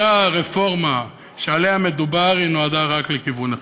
אותה רפורמה שעליה מדובר נועדה רק לכיוון אחד: